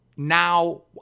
Now